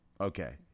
okay